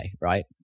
right